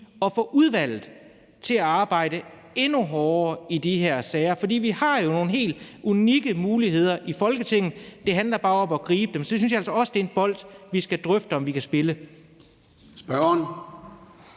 at få udvalget til at arbejde endnu hårdere i de her sager, for vi har jo nogle helt unikke muligheder i Folketinget. Det handler bare om at gribe dem. Så synes jeg altså også, at det er en bold, vi skal drøfte om vi kan spille